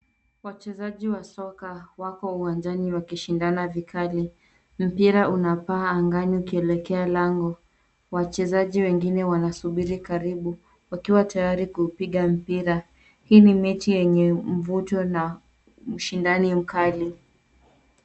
Wachezaji wa soka wako uwanjani wakishindana vikali. Mpira unapaa angani ukielekea lango. Wachezaji wengine wanasubiri karibu wakiwa tayari kupiga mpira. Hii ni mechi yenye mvuto na ushindani mkali.